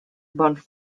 bons